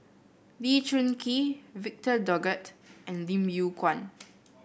Lee Choon Kee Victor Doggett and Lim Yew Kuan